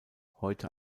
heute